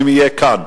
אם יהיה כאן,